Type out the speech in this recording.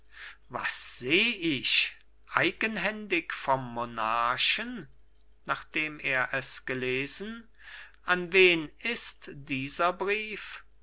was seh ich eigenhändig vom monarchen nachdem er ihn gelesen an wen ist dieser brief